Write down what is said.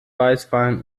weißwein